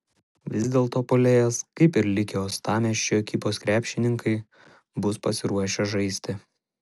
vis dėlto puolėjas kaip ir likę uostamiesčio ekipos krepšininkai bus pasiruošę žaisti